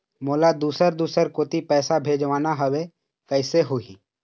मोला दुसर दूसर कोती पैसा भेजवाना हवे, कइसे होही?